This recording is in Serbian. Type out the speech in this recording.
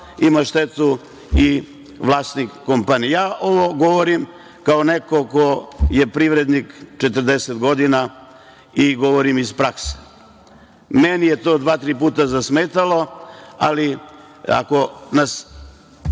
ima štetu i vlasnik kompanije. Ovo govorim kao neko ko je privrednik 40 godina i govorim iz prakse. Meni je to dva, tri puta zasmetalo, ali ako nas